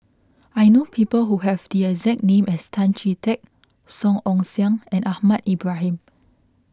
I know people who have the exact name as Tan Chee Teck Song Ong Siang and Ahmad Ibrahim